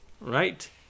right